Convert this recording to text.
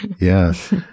yes